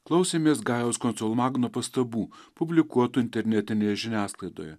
klausėmės gajaus konsolmagno pastabų publikuotų internetinėje žiniasklaidoje